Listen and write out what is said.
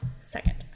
second